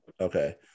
Okay